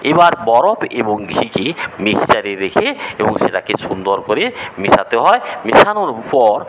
এবার বরফ এবং ঘিকে মিক্সচারে রেখে এবং সেটাতে সুন্দর করে মেশাতে হয় মেশানোর পর